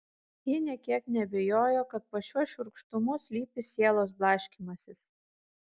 ji nė kiek neabejojo kad po šiuo šiurkštumu slypi sielos blaškymasis